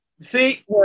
See